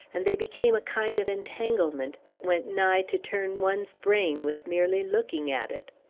and they became a kind of entanglement that went nigh to turn one's brain with merely looking at it.